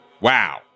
Wow